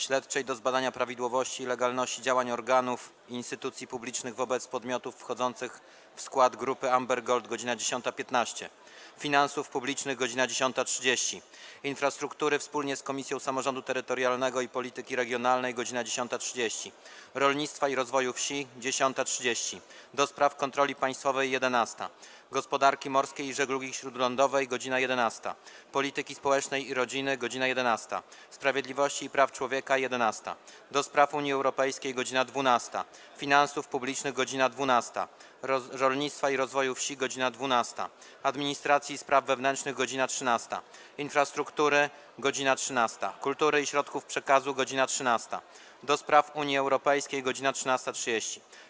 Śledczej do zbadania prawidłowości i legalności działań organów i instytucji publicznych wobec podmiotów wchodzących w skład Grupy Amber Gold - godz. 10.15, - Finansów Publicznych - godz. 10.30, - Infrastruktury wspólnie z Komisją Samorządu Terytorialnego i Polityki Regionalnej - godz. 10.30, - Rolnictwa i Rozwoju Wsi - godz. 10.30, - do Spraw Kontroli Państwowej - godz. 11, - Gospodarki Morskiej i Żeglugi Śródlądowej - godz. 11, - Polityki Społecznej i Rodziny - godz. 11, - Sprawiedliwości i Praw Człowieka - godz. 11, - do Spraw Unii Europejskiej - godz. 12, - Finansów Publicznych - godz. 12, - Rolnictwa i Rozwoju Wsi - godz. 12, - Administracji i Spraw Wewnętrznych - godz. 13, - Infrastruktury - godz. 13, - Kultury i Środków Przekazu - godz. 13, - do Spraw Unii Europejskiej - godz. 13.30,